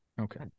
okay